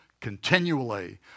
continually